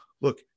look